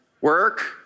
Work